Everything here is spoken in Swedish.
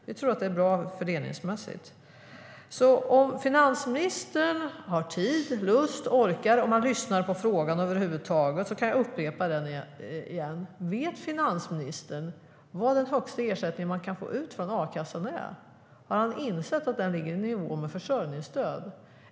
Vi tror att det är fördelningsmässigt bra. Om finansministern har tid, lust och ork, om han lyssnar över huvud taget, kan jag upprepa mina frågor: Vet finansministern vad den högsta ersättning man kan få ut från a-kassan är? Har han insett att den ligger i nivå med försörjningsstödet?